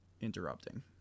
interrupting